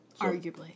Arguably